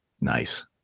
Nice